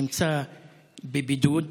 הנמצא בבידוד